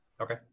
Okay